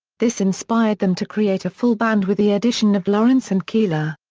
this inspired them to create a full band with the addition of lawrence and keeler.